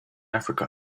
africa